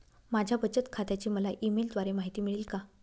माझ्या बचत खात्याची मला ई मेलद्वारे माहिती मिळेल का?